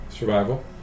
Survival